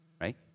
Right